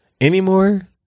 Anymore